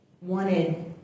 wanted